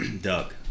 Doug